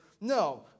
No